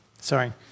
Sorry